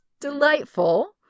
delightful